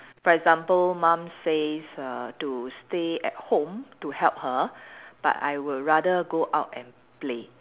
for example mum says uh to stay at home to help her but I would rather go out and play